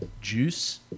Juice